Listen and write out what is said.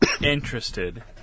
interested